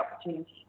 opportunity